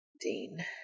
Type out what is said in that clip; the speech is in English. Dean